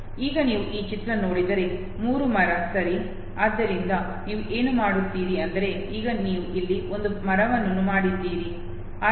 ಈಗ ನೀವು ಈ ಚಿತ್ರ ನೋಡಿದರೆ 3 ಮರ ಸರಿ ಆದ್ದರಿಂದ ನೀವು ಏನು ಮಾಡುತ್ತೀರಿ ಅಂದರೆ ಈಗ ನೀವು ಇಲ್ಲಿ ಒಂದು ಮರವನ್ನು ಮಾಡಿದ್ದೀರಿ ಆದ್ದರಿಂದ ಈ 3